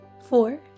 four